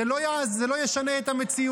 זה לא ישנה את המציאות.